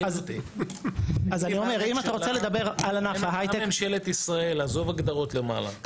אם אתה רוצה לדבר על ענף ההייטק- -- עזוב הגדרות למעלה,